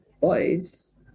Boys